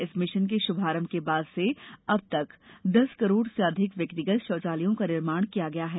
इस मिशन के शुभारंभ के बाद से अब तक दस करोड़ से अधिक व्यक्तिगत शौचालयों का निर्माण किया गया है